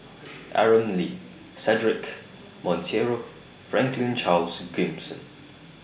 Aaron Lee Cedric Monteiro Franklin Charles Gimson